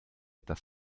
dass